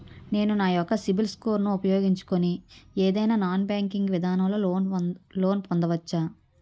నేను నా యెక్క సిబిల్ స్కోర్ ను ఉపయోగించుకుని ఏదైనా నాన్ బ్యాంకింగ్ విధానం లొ లోన్ పొందవచ్చా?